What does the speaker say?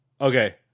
okay